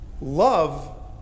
Love